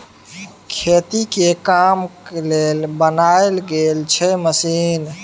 खेती के काम लेल बनाएल गेल छै मशीन